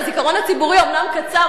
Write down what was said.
הזיכרון הציבורי אומנם קצר,